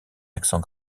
accent